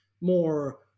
more